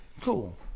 Cool